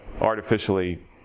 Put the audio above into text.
artificially